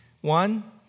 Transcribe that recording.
one